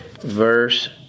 verse